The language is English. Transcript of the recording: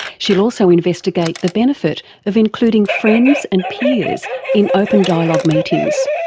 she'll also investigate the benefit of including friends and peers in open dialogue meetings.